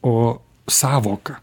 o sąvoką